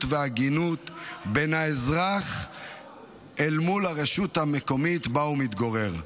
והגינות בין האזרח אל מול הרשות המקומית שבה הוא מתגורר.